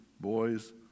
boys